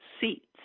seats